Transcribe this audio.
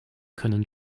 können